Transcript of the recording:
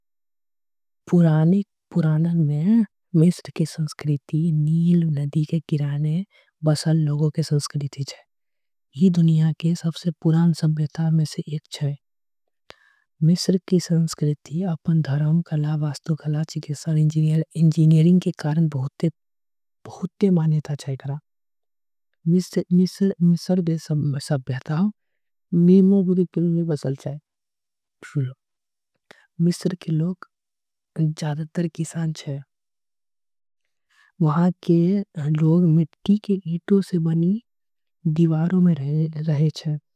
मिस्र के संस्कृति नदी के किनारे बसल लोगों। के संस्कृति छे ई बहुत पुराना संस्कृति छे। मिस्र के संस्कृति अपन कला वस्तु धर्म। इंजीनियरिंग के कारण बहुते प्रसिद्ध छे। मिस्र के लोग कृषि करे छे मिस्र के लोग। मिट्टी के बने इट के घर में रहे छे।